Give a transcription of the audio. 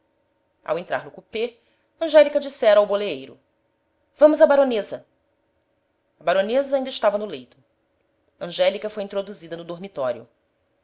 ao entrar no coupé angélica dissera ao boleeiro vamos à baronesa a baronesa ainda estava no leito angélica foi introduzida no dormitório